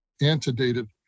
antedated